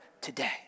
today